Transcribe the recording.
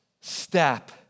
step